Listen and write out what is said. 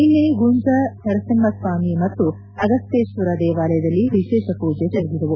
ನಿನ್ನೆ ಗುಂಜಾ ನರಸಿಂಪಸ್ತಾಮಿ ಮತ್ತು ಅಗಸ್ನೇಶ್ವರ ದೇವಾಲಯದಲ್ಲಿ ವಿಶೇಷ ಪೂಜೆ ಜರುಗಿದವು